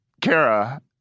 Kara